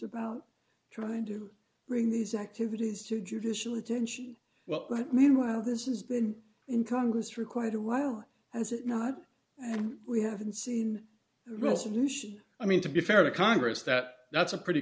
about trying to bring these activities to judicial attention well but meanwhile this has been in congress for quite a while and is it not and we haven't seen the resolution i mean to be fair to congress that that's a pretty